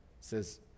says